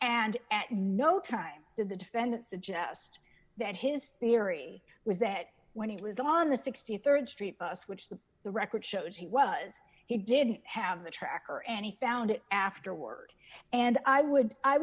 at no time did the defendant suggest that his theory was that when he was on the rd street bus which the the record showed he was he didn't have the track or any found it afterward and i would i